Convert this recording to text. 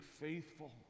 faithful